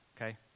okay